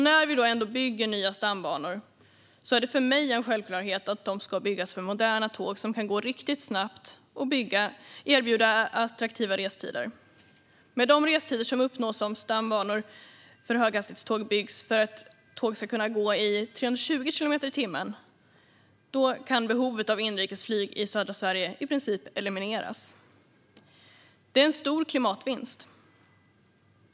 När vi då ändå bygger nya stambanor är det för mig en självklarhet att de ska byggas för moderna tåg som kan gå riktigt snabbt och erbjuda attraktiva restider. Med de restider som uppnås om stambanor för höghastighetståg byggs för att tåg ska kunna gå i 320 kilometer i timmen kan behovet av inrikesflyg i södra Sverige i princip elimineras. Det är en stor klimatvinst.